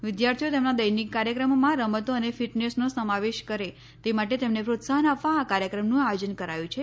વિદ્યાર્થીઓ તેમના દૈનિક કાર્યક્રમમાં રમતો અને ફિટનેસનો સમાવેશ કરે તે માટે તેમને પ્રોત્સાહન આપવા આ કાર્યક્રમનું આયોજન કરાયું છે